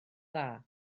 dda